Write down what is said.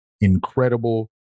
incredible